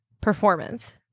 performance